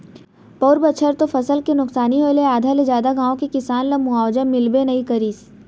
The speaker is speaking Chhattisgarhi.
पउर बछर तो फसल के नुकसानी होय ले आधा ले जादा गाँव के किसान ल मुवावजा मिलबे नइ करिस